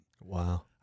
Wow